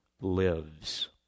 lives